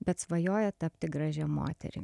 bet svajoja tapti gražia moterim